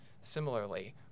similarly